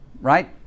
Right